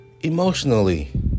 emotionally